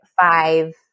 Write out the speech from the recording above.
five